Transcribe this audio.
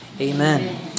Amen